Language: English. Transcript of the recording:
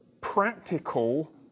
practical